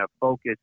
focus